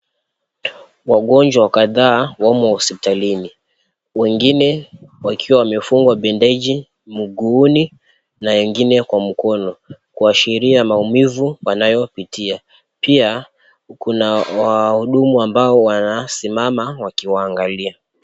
Wagonjwa kadhaa wamo hospitalini. Wengine wakiwa wamefungwa bendeji mguuni na wengine kwa mkono Kuashiria maumivu wanayopitia pia kuna wahudumu ambao wanasimama wakiwaangalia.